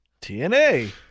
TNA